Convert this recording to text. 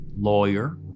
lawyer